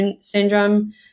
syndrome